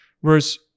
Whereas